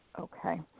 Okay